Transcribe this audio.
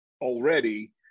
already